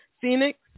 Phoenix